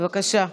בבקשה.